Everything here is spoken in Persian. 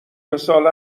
مثال